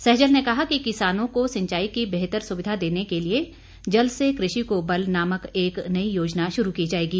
सहजल ने कहा किसानों को सिंचाई की बेहतर सुविधा देने के लिए जल से कृषि को बल नामक एक नई योजना शुरू की जाएगी